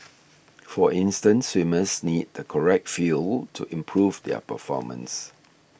for instance swimmers need the correct fuel to improve their performance